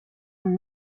und